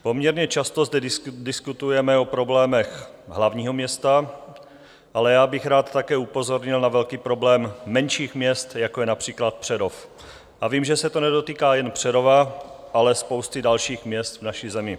Poměrně často zde diskutujeme o problémech hlavního města, ale já bych rád také upozornil na velký problém menších měst, jako je například Přerov, a vím, že se to nedotýká jen Přerova, ale spousty dalších měst v naší zemi.